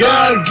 God